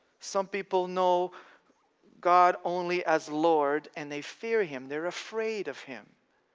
some people know god only as lord, and they fear him, they're afraid of him.